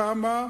כמה,